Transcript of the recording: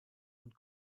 und